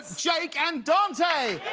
jake and dante!